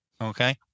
okay